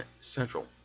Central